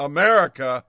America